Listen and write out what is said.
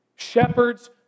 Shepherds